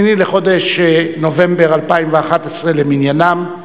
8 בחודש נובמבר 2011 למניינם.